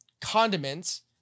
condiments